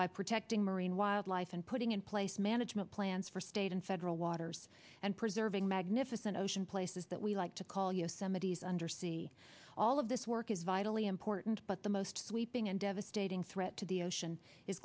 by protecting marine wildlife and putting in place management plans for state and federal waters and preserving magnificent ocean places that we like to call yosemite's undersea all of this work is vitally important but the most sweeping and devastating threat to the ocean is